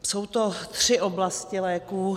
Jsou to tři oblasti léků.